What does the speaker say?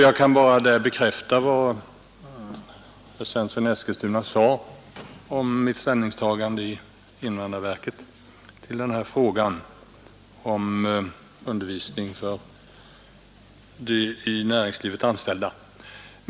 Jag kan först bekräfta vad herr Svensson i Eskilstuna sade om mitt ställningstagande i invandrarverket till frågan om undervisning för de i näringslivet anställda.